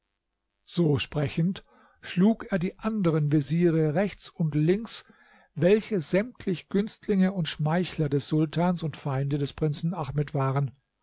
so sprechend schlug er die anderen veziere rechts und links welche sämtlich günstlinge und schmeichler des sultans und feinde des prinzen ahmed waren